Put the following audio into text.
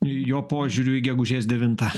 jo požiūriu į gegužės devintą